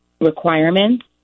requirements